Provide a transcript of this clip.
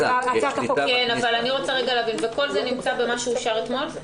כל זה נמצא במה שאושר אתמול?